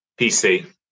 PC